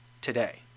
today